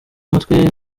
mutwe